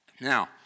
Now